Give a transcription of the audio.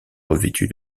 revêtu